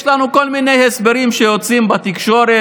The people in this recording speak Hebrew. יש לנו כל מיני הסברים שיוצאים בתקשורת,